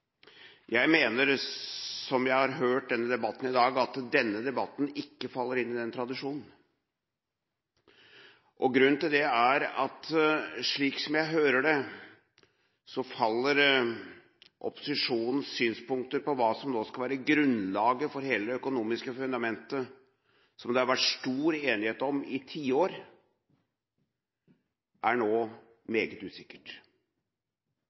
jeg at denne debatten ikke føyer seg inn i den tradisjonen. Grunnen til det er, slik jeg hører det, at det nå er meget usikkert hva som er opposisjonens synspunkter på hva som nå skal være grunnlaget for hele det økonomiske fundamentet, som det har vært stor enighet om i tiår.